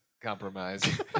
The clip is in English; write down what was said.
compromise